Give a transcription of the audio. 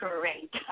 Great